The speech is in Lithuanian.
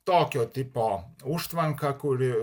tokio tipo užtvanka kuri